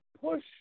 push